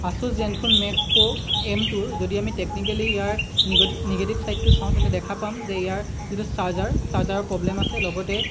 Asus Zenfone Max Pro M টুৰ যদি আমি টেকনিকেলি ইয়াৰ নিগটিভ নিগেটিভ চাইডটো চাওঁ তেন্তে দেখা পাম যে ইয়াৰ যিটো চাৰ্জাৰ চাৰ্জাৰ প্ৰব্লেম আছে লগতে